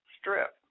strip